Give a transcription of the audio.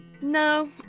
No